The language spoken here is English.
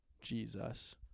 Jesus